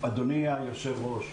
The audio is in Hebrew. אדוני היושב ראש.